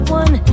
one